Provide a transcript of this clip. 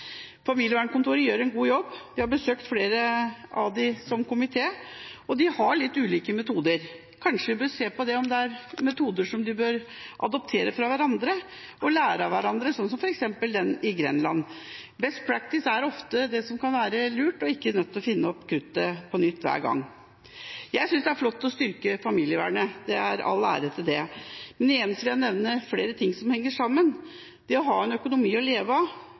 god jobb. Jeg har besøkt flere av dem sammen med komiteen, og de har litt ulike metoder. Kanskje vi bør se på om det er metoder som de bør adoptere fra hverandre, og lære av hverandre, slik som f.eks. den i Grenland. «Best practice» er ofte det som kan være lurt, og en er ikke nødt til å finne opp kruttet på nytt hver gang. Jeg synes det er flott å styrke familievernet – all ære til det – men igjen vil jeg nevne flere ting som henger sammen: Det å ha en økonomi å leve av